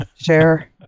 share